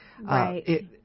Right